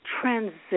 transition